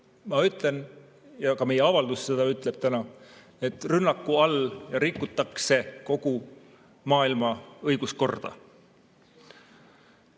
ma ütlen – ja ka meie avaldus seda ütleb –, et rünnakuga rikutakse kogu maailma õiguskorda.